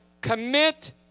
commit